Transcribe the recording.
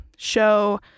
show